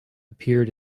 appeared